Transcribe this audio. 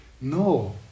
No